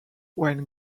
when